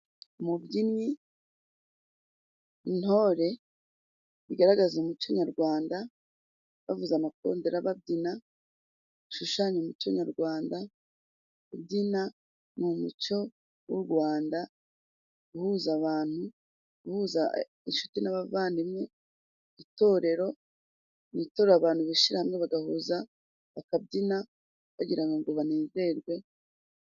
Umubyinnyi, intore bigaragaza umuco nyarwanda bavuza amakondera babyina bishushanya umuco nyarwanda. Kubyina ni umuco w'u Rwanda uhuza abantu, uhuza inshuti n'abavandimwe. Itorero ni itorero abantu bishyira hamwe bagahuza bakabyina bagira ngo banezerwe...